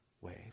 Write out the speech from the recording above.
ways